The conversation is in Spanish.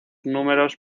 números